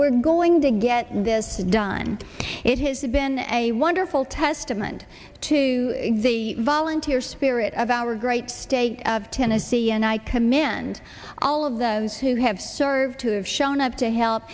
we're going to get this done it has been a wonderful testament to the volunteer spirit of our great state of tennessee and i commend all of those who have served who have shown up to help